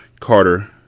Carter